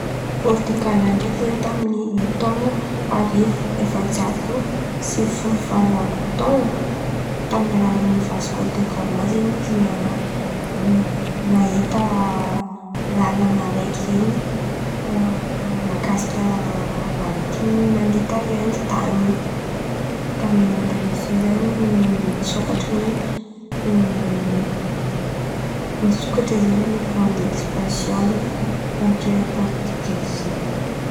Portigala ndraiky zen̈y taminy tôno arivo efajato sivy folo valo amby tôno taminy alalany vasko de gama zen̈y. Izy na- nahita lalana raiky zen̈y mahakasika maritima nandeha ta Aindy tan̈y. Tamin'ny andran'izy zen̈y nisokatra ny nisokatry zen̈y fô van dekspansion'i empira portigey zen̈y.